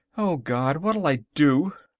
oh, god, what'll i do?